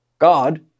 God